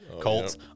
Colts